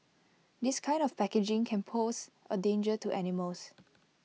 this kind of packaging can pose A danger to animals